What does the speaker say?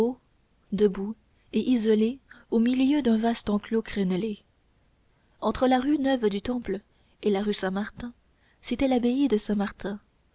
debout et isolé au milieu d'un vaste enclos crénelé entre la rue neuve du temple et la rue saint-martin c'était l'abbaye de saint-martin